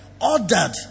Ordered